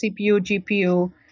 CPU-GPU